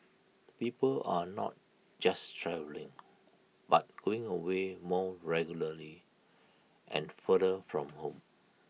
people are not just travelling but going away more regularly and farther from home